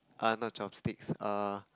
err not chopsticks err